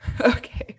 Okay